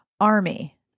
army